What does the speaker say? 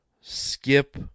skip